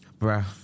bruh